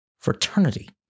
fraternity